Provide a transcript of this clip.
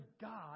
God